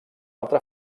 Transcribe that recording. altra